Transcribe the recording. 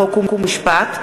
חוק ומשפט,